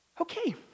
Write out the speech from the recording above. Okay